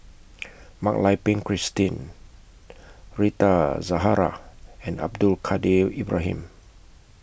Mak Lai Peng Christine Rita Zahara and Abdul Kadir Ibrahim